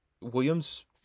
Williams